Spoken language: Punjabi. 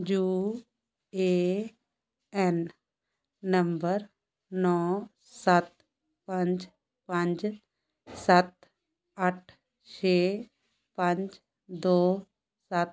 ਯੂ ਏ ਐੱਨ ਨੰਬਰ ਨੌ ਸੱਤ ਪੰਜ ਪੰਜ ਸੱਤ ਅੱਠ ਛੇ ਪੰਜ ਦੋ ਸੱਤ